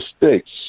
mistakes